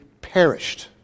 perished